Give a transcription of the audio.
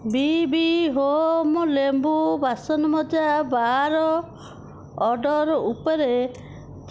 ବିବି home ଲେମ୍ବୁ ବାସନମଜା bar order ଉପରେ